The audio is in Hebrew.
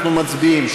אנחנו מצביעים.